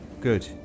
Good